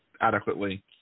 adequately